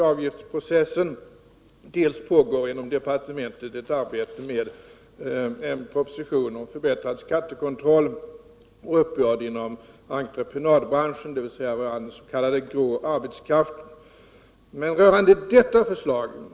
Jag tror att en generalklausul kan utformas så, att den tillgodoser rättmätiga krav i detta avseende. Jag tror t.o.m. att arbetsgruppen hade utformat ett förslag som tillgodosåg sådana krav. Men jag skulle vilja svänga litet grand på denna fråga.